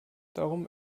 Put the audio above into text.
darum